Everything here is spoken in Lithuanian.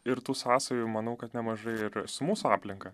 ir tų sąsajų manau kad nemažai ir su mūsų aplinka